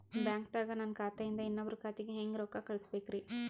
ಬ್ಯಾಂಕ್ದಾಗ ನನ್ ಖಾತೆ ಇಂದ ಇನ್ನೊಬ್ರ ಖಾತೆಗೆ ಹೆಂಗ್ ರೊಕ್ಕ ಕಳಸಬೇಕ್ರಿ?